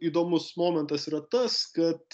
įdomus momentas yra tas kad